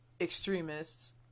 extremists